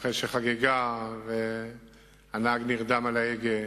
אחרי שחגגה והנהג נרדם על ההגה.